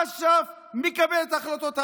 אש"ף מקבל את ההחלטות האלה.